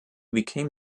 became